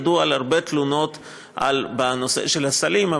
ידוע על הרבה תלונות בנושא של הסלים,